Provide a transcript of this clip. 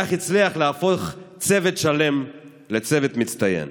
כך הצליח להפוך צוות שלם לצוות מצטיין.